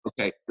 Okay